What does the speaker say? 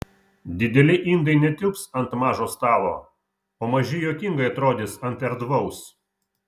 dideli indai netilps ant mažo stalo o maži juokingai atrodys ant erdvaus